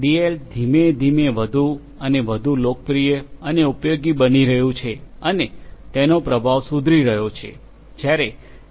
L ધીમે ધીમે વધુ અને વધુ લોકપ્રિય અને ઉપયોગી બની રહ્યું છે અને તેનો પ્રભાવ સુધરી રહ્યો છે જ્યારે એમ